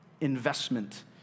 investment